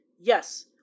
Yes